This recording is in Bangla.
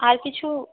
আর কিছু